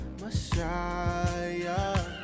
Messiah